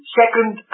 second